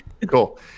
Cool